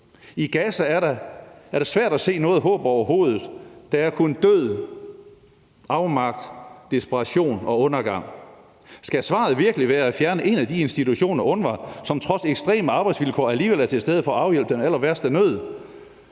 I Gaza er det svært at se noget håb overhovedet. Der er kun død, afmagt, desperation og undergang. Skal svaret virkelig være at fjerne en af de institutioner, UNRWA, som trods ekstreme arbejdsvilkår alligevel er til stede for at afhjælpe den allerværste nød?